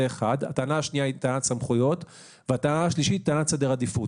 הטענה השנייה היא טענת סמכויות והטענה השלישית היא טענת סדר עדיפות.